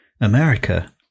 America